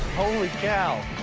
holy cow.